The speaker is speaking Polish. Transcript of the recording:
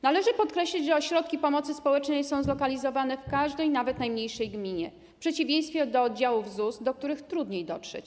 Należy podkreślić, że ośrodki pomocy społecznej są zlokalizowane w każdej, nawet najmniejszej gminie, w przeciwieństwie do oddziałów ZUS, do których trudniej dotrzeć.